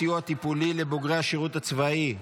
סיוע טיפולי לבוגרי השירות הצבאי),